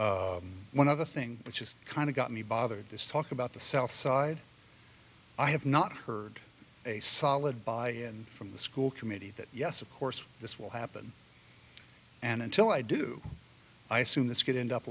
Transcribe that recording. for one other thing which is kind of got me bothered this talk about the south side i have not heard a solid buy in from the school committee that yes of course this will happen and until i do i assume this could end up